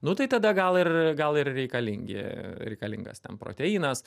nu tai tada gal ir gal ir reikalingi reikalingas ten proteinas